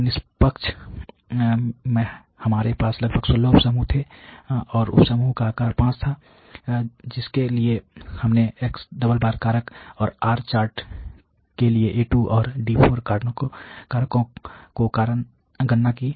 तो निष्पक्ष में हमारे पास लगभग 16 उप समूह थे और उप समूह का आकार 5 था जिसके लिए हमने x̿ कारक और R चार्ट के लिए A2 और D4 कारकों की गणना की